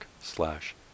slash